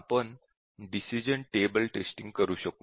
आपण decision table testing कशी करू